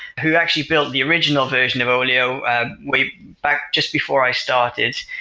who actually built the original version of olio way back just before i started.